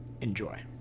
Enjoy